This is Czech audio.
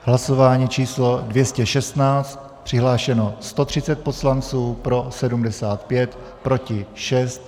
V hlasování číslo 216 přihlášeno 130 poslanců, pro 75, proti 6.